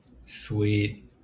Sweet